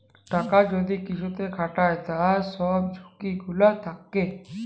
টাকা যদি কিসুতে খাটায় তার সব ঝুকি গুলা থাক্যে